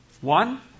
One